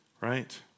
Right